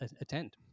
attend